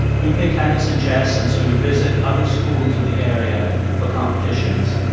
you play tennis and chess, and so you visit other schools in the area for competitions.